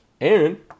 Aaron